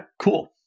cool